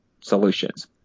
solutions